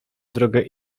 drogę